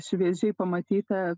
šviežiai pamatyta